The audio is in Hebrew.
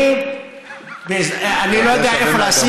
אני לא יודע איפה להשיג.